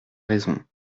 raison